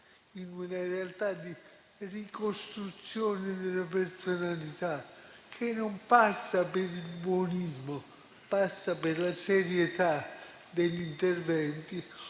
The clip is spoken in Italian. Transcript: in una realtà di ricostruzione della personalità, che non passa per il buonismo, ma per la serietà degli interventi,